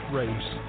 race